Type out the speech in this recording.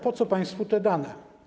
Po co państwu te dane?